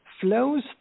flows